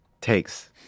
Takes